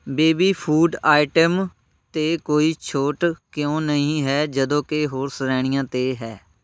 baby food item 'ਤੇ ਕੋਈ ਛੋਟ ਕਿਉਂ ਨਹੀਂ ਹੈ ਜਦੋਂ ਕਿ ਹੋਰ ਸ਼੍ਰੇਣੀਆਂ 'ਤੇ ਹੈ